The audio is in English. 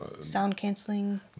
Sound-canceling